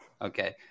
okay